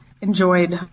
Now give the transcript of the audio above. enjoyed